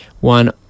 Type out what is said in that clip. one